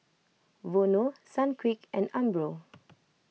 Vono Sunquick and Umbro